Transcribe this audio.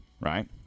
right